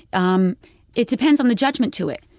um it depends on the judgment to it.